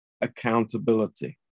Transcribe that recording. accountability